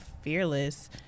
fearless